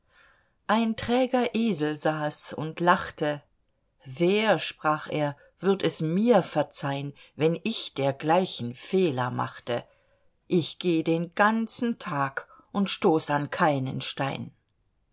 ein träger esel sahs und lachte wer sprach er würd es mir verzeihn wenn ich dergleichen fehler machte ich geh den ganzen tag und stoß an keinen stein